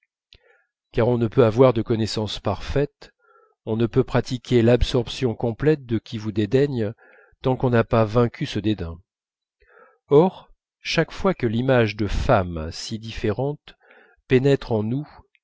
car on ne peut avoir de connaissance parfaite on ne peut pratiquer l'absorption complète de qui vous dédaigne tant qu'on n'a pas vaincu ce dédain or chaque fois que l'image de femmes si différentes pénètre en nous